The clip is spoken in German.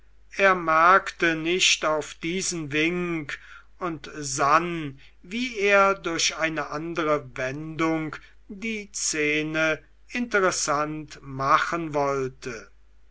er merkte nicht auf diesen wink und sann wie er durch eine andere wendung die szene interessant machen wollte